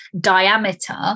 diameter